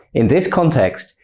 in this context,